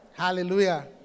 Hallelujah